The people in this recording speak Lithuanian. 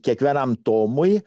kiekvienam tomui